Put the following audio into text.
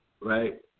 right